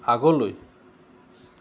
আগলৈ